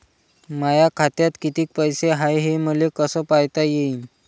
माया खात्यात कितीक पैसे हाय, हे मले कस पायता येईन?